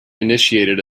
initiated